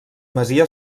masia